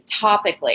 topically